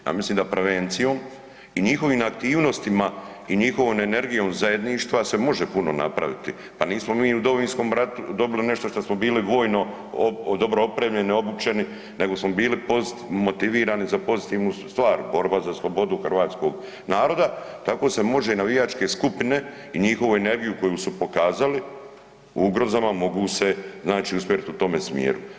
A mislim da prevencijom i njihovim aktivnostima i njihovom energijom zajedništva se može puno napraviti pa nismo mu u Domovinskom ratu dobili nešto što smo bili vojno dobro opremljeni, obučeni, nego smo bili motivirani za pozitivnu stvar, borba za slobodu hrvatskog naroda, tako se može i navijačke skupine i njihovu energiju koju su pokazali u ugrozama mogu se znači usmjeriti u tome smjeru.